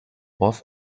both